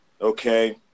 okay